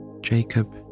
Jacob